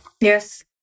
Yes